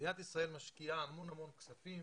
שמדינת ישראל משקיעה המון המון כספים,